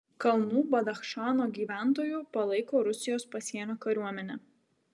kalnų badachšano gyventojų palaiko rusijos pasienio kariuomenę